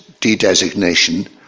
de-designation